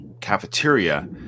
cafeteria